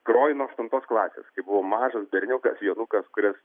groju nuo aštuntos klasės kai buvau mažas berniukas jonukas kuris